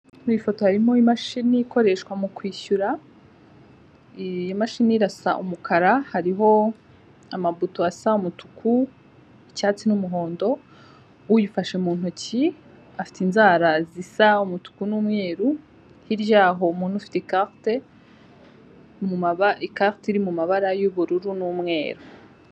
Mu ifoto harimo imashini ikoreshwa mu kwishyura, iyo mashini irasa umukara, hariho amabuto asa umutuku, icyatsi n'umuhondo, uyifashe mu ntoki afite inzara zisa umutuku n'umweru, hirya yaho umuntu ufite ikarite, ikarite iri mu mabara y'ubururu n'umweru.